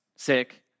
sick